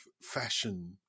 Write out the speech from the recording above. fashion